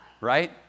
Right